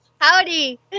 howdy